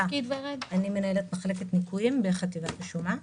מנהלת מחלקת ניכויים בחטיבת השומה.